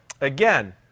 Again